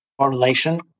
correlation